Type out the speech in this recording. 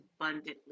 abundantly